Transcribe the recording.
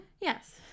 Yes